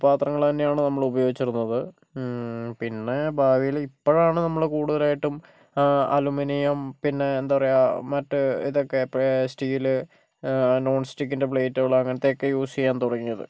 പാത്രങ്ങള് തന്നെയാണ് നമ്മള് ഉപയോഗിച്ചിരുന്നത് പിന്നെ ഭാവില് ഇപ്പോഴാണ് നമ്മള് കൂടുതലായിട്ടും അലുമിനിയം പിന്നെ എന്താ പറയുക മറ്റ് ഇതൊക്കെ ഇപ്പ സ്റ്റീല് നോൺ സ്റ്റിക്കിൻ്റെ പ്ലേറ്റുകള് അങ്ങനെത്തെയൊക്കെ യൂസെയ്യാൻ തുടങ്ങിയത്